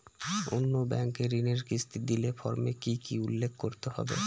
অন্য ব্যাঙ্কে ঋণের কিস্তি দিলে ফর্মে কি কী উল্লেখ করতে হবে?